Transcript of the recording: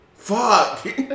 Fuck